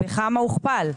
בכמה הוכפל?